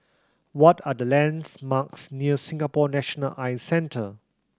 what are the lands marks near Singapore National Eye Centre